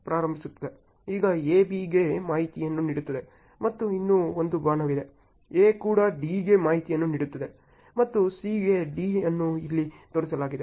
ಈಗ A B ಗೆ ಮಾಹಿತಿಯನ್ನು ನೀಡುತ್ತದೆ ಮತ್ತು ಇನ್ನೂ ಒಂದು ಬಾಣವಿದೆ A ಕೂಡ D ಗೆ ಮಾಹಿತಿಯನ್ನು ನೀಡುತ್ತದೆ ಮತ್ತು C ಗೆ D ಅನ್ನು ಇಲ್ಲಿ ತೋರಿಸಲಾಗಿದೆ